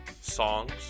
songs